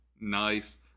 Nice